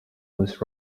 was